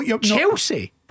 Chelsea